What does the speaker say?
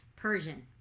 Persian